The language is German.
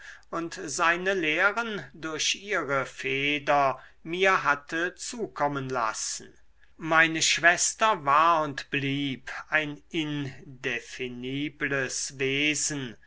und seine lehren durch ihre feder mir hatte zukommen lassen meine schwester war und blieb ein indefinibels wesen